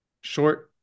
short